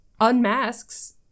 unmasks